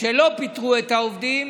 שלא פיטרו את העובדים